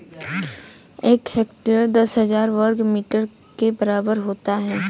एक हेक्टेयर दस हजार वर्ग मीटर के बराबर होता है